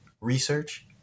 research